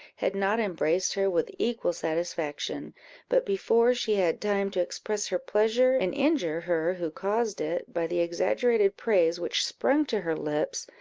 had not embraced her with equal satisfaction but before she had time to express her pleasure, and injure her who caused it, by the exaggerated praise which sprung to her lips,